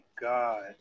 God